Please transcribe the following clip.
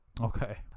Okay